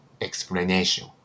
explanation